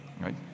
right